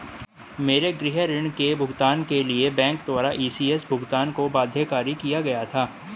मेरे गृह ऋण के भुगतान के लिए बैंक द्वारा इ.सी.एस भुगतान को बाध्यकारी किया गया था